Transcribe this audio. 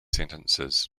sentences